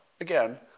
Again